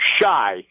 shy